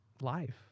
life